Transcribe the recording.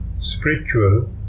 spiritual